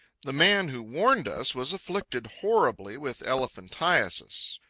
the man who warned us was afflicted horribly with elephantiasis.